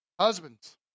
Husbands